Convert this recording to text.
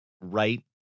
right